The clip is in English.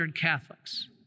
Catholics